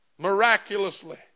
miraculously